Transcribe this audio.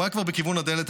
הוא כבר היה בכיוון הדלת,